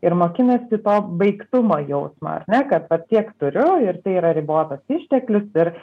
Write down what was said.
ir mokinasi to baigtumo jausmą ar ne kad va tiek turiu ir tai yra ribotas išteklius ir